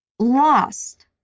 Lost